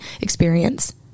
experience